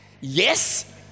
Yes